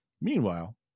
Meanwhile